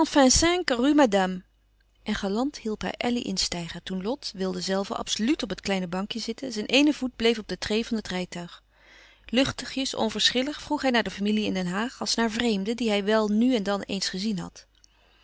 en galant hielp hij elly instijgen toen lot wilde zelve absoluut op het kleine bankje zitten zijn eene voet bleef op de treê van het rijtuig luchtigjes onverschillig vroeg hij naar de familie in den haag als naar vreemden die hij wel nu en dan eens gezien had